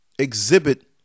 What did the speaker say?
exhibit